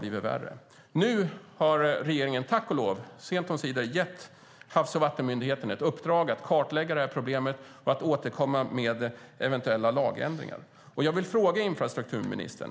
blivit allt värre. Nu har regeringen, tack och lov, om än sent omsider, gett Havs och vattenmyndigheten uppdraget att kartlägga dessa problem och återkomma med eventuella lagändringar. Jag vill ställa en fråga till infrastrukturministern.